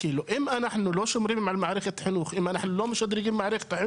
אם אנחנו לא שומרים על מערכת החינוך ולא משדרגים אותה,